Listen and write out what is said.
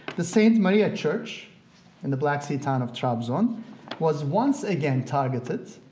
the saint maria church in the black sea town of trabzon was once again targeted.